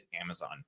Amazon